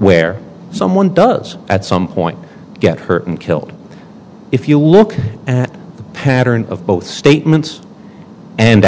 where someone does at some point get hurt and killed if you look at the pattern of both statements and